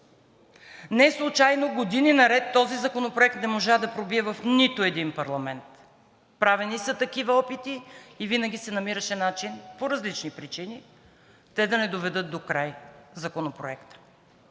Неслучайно години наред този законопроект не можа да пробие в нито един парламент. Правени са такива опити и винаги се намираше начин – по различни причини, те да не доведат до край Законопроекта.